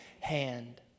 hand